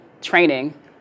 training